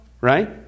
Right